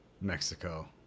Mexico